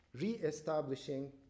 re-establishing